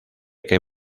que